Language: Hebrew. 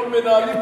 מיליון מנהלים,